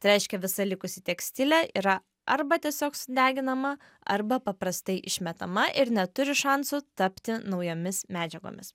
tai reiškia visa likusi tekstilė yra arba tiesiog sudeginama arba paprastai išmetama ir neturi šansų tapti naujomis medžiagomis